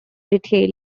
retail